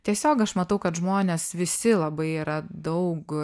tiesiog aš matau kad žmonės visi labai yra daug